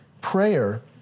prayer